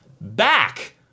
back